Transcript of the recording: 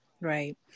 right